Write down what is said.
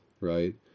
right